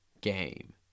game